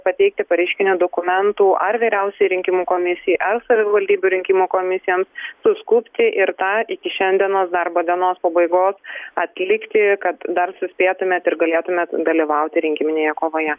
pateikti pareiškinių dokumentų ar vyriausiajai rinkimų komisijai ar savivaldybių rinkimų komisijoms suskubti ir tą iki šiandienos darbo dienos pabaigos atlikti kad dar suspėtumėt ir galėtumėt dalyvauti rinkiminėje kovoje